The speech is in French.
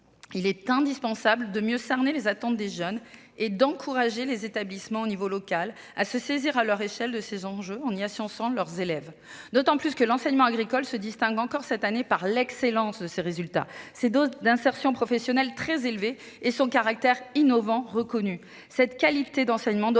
Il est indispensable de mieux cerner les attentes des jeunes et d'encourager les établissements à se saisir, à leur échelle, de ces enjeux, en y associant leurs élèves. L'enseignement agricole se distingue encore cette année par l'excellence de ses résultats. Ses taux d'insertion professionnelle sont très élevés et son caractère innovant est reconnu. Cette qualité d'enseignement doit